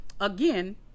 again